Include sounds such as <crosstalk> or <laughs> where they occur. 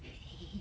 <laughs>